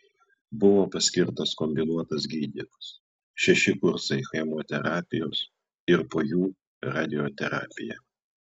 buvo paskirtas kombinuotas gydymas šeši kursai chemoterapijos ir po jų radioterapija